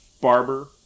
Barber